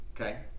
Okay